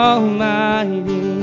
Almighty